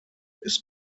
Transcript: ist